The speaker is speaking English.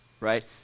right